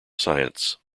science